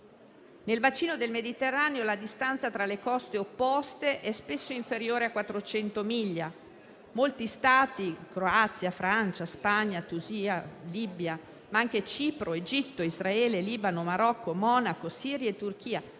Nel bacino del Mediterraneo la distanza tra le coste opposte è spesso inferiore a 400 miglia. Molti Stati - penso a Croazia, Francia, Spagna, Tunisia, Libia, ma anche Cipro, Egitto, Israele, Libano, Marocco, Monaco, Siria e Turchia